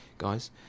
guys